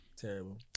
Terrible